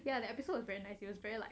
ya the episode is very nice it was very like